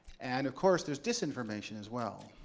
and of course, there's disinformation as well.